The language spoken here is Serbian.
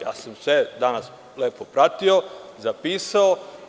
Ja sam sve danas lepo pratio, zapisao.